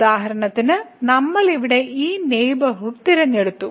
ഉദാഹരണത്തിന് നമ്മൾ ഇവിടെ ഈ നെയ്ബർഹുഡ് തിരഞ്ഞെടുത്തു